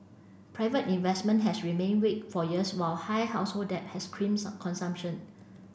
private investment has remained weak for years while high household debt has crimped consumption